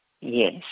Yes